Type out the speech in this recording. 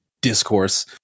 discourse